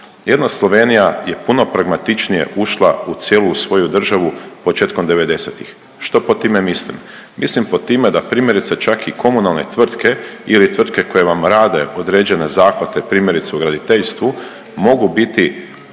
Jedna Slovenija je puno pragmatičnije ušla u cijelu svoju državu početkom 90-ih. Što pod time mislim? Mislim pod time da primjerice čak i komunalne tvrtke ili tvrtke koje vam rade određene zahvate, primjerice u graditeljstvu mogu biti u